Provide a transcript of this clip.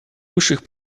высших